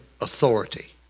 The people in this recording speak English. authority